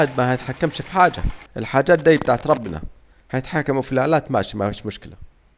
الواحد ميتحكمش في حاجة، الحاجات دي بتاعت ربنا، هيتحكموا في الآلات ماشي مفيش مشكلة